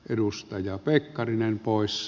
edustaja pekkarinen poissa